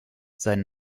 sein